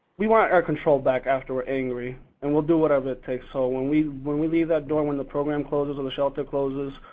we want our control back after we're angry and we'll do whatever it takes, so when we when we leave that door, when the program closes or the shelter closes,